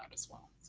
as well,